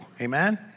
Amen